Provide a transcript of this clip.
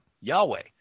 Yahweh